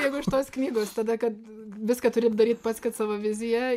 jeigu iš tos knygos tada kad viską turi daryt pats kad savo viziją